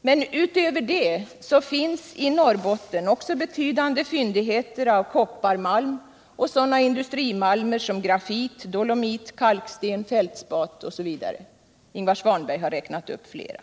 Men utöver det finns i Norrbotten betydande fyndigheter av kopparmalm och sådana industrimineraler som grafit, dolomit, kalksten, fältspat osv. Ingvar Svanberg har räknat upp flera.